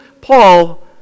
Paul